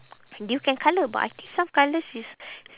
you can colour but I think some colours is